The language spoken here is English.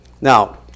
Now